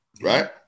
right